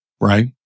right